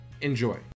Enjoy